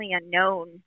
unknown